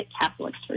Catholics